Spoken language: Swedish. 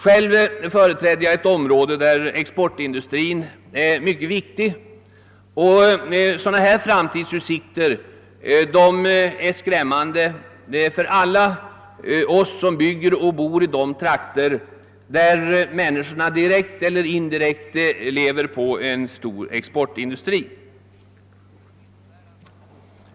Själv företräder jag ett område där exportindustrin är mycket viktig, och sådana framtidsutsikter som jag här nämnt är skrämmande för oss alla som bygger och bor i orter där människorna direkt eller indirekt lever på en stor exportindustri.